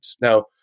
Now